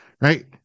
right